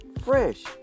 fresh